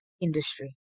industry